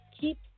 keep